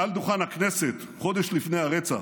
מעל דוכן הכנסת, חודש לפני הרצח,